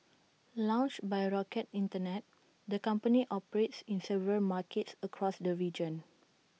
launched by rocket Internet the company operates in several markets across the region